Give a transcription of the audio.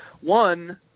One